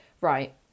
right